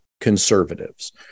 conservatives